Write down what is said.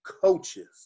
coaches